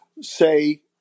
say